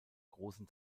großen